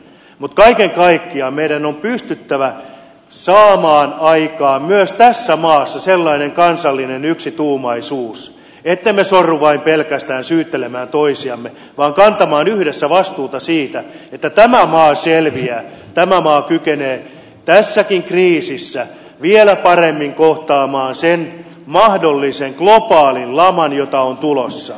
mutta kaiken kaikkiaan meidän on pystyttävä saamaan aikaan myös tässä maassa sellainen kansallinen yksituumaisuus ettemme sorru vain pelkästään syyttelemään toisiamme vaan kannamme yhdessä vastuuta siitä että tämä maa selviää tämä maa kykenee tässäkin kriisissä vielä paremmin kohtaamaan sen mahdollisen globaalin laman joka on tulossa